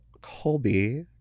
Colby